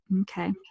okay